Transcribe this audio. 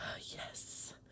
yes